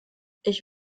ich